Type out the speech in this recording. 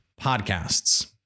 podcasts